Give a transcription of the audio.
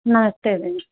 नमस्ते मैम